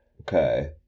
Okay